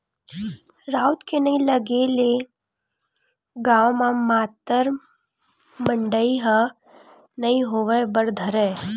राउत के नइ लगे ले गाँव म मातर मड़ई ह नइ होय बर धरय